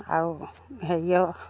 আৰু হেৰিয়ৰ